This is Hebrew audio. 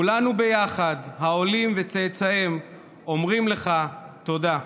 כולנו ביחד, העולים וצאצאיהם, אומרים לך תודה.